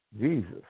Jesus